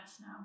now